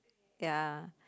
ya